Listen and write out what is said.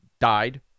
died